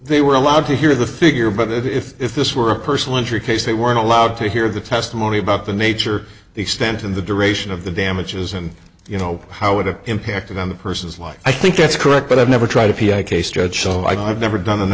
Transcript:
they were allowed to hear the figure but if this were a personal injury case they weren't allowed to hear the testimony about the nature the extent of the duration of the damages and you know how would have impacted on the person's life i think that's correct but i've never tried a piano case judge so i've never done